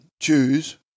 choose